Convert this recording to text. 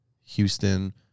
Houston